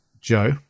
Joe